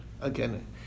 again